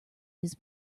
his